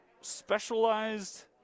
specialized